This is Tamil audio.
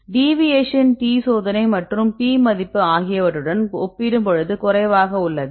டிவியேஷன் T சோதனை மற்றும் p மதிப்பு ஆகியவற்றுடன் ஒப்பிடும்பொழுது குறைவாக உள்ளது